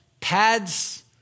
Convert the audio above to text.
pads